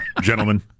Gentlemen